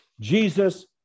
Jesus